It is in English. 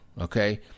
okay